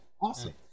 awesome